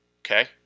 okay